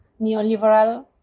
neoliberal